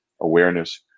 awareness